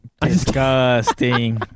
Disgusting